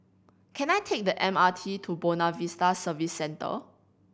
can I take the M R T to Buona Vista Service Centre